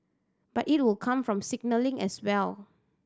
but it will come from signalling as well